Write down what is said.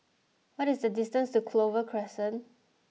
what is the distance to Clover Crescent